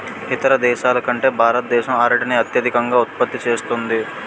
ఇతర దేశాల కంటే భారతదేశం అరటిని అత్యధికంగా ఉత్పత్తి చేస్తుంది